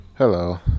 Hello